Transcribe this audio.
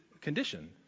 condition